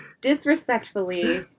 Disrespectfully